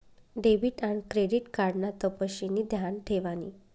debit आन credit card ना तपशिनी ध्यान ठेवानी